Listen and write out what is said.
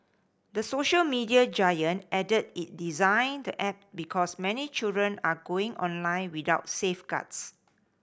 the social media giant added it designed the app because many children are going online without safeguards